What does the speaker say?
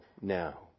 now